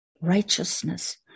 righteousness